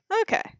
Okay